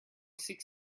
seeks